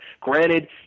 Granted